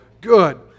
good